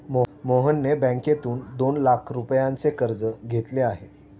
मोहनने बँकेतून दोन लाख रुपयांचे कर्ज घेतले आहे